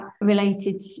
related